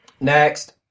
Next